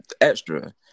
extra